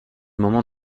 moment